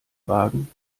wagen